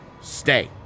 Stay